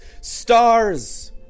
stars